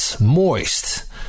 Moist